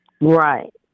Right